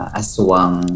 aswang